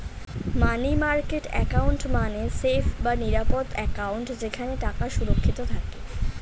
মানি market account মানে safe বা নিরাপদ অ্যাকাউন্ট যেখানে টাকা সুরক্ষিত থাকে